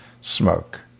smoke